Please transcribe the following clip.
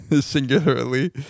singularly